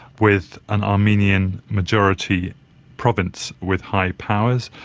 with an armenian majority province with high powers.